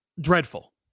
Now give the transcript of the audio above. dreadful